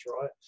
right